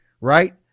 Right